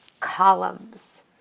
Columns